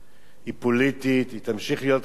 היא פוליטית, היא תמשיך להיות כזו,